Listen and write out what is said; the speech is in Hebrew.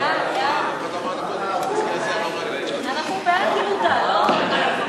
את הצעת חוק עבודת נשים (תיקון, חופשת אבהות),